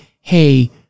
hey